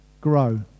grow